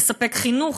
לספק חינוך,